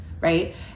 right